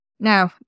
Now